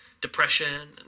depression